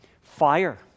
Fire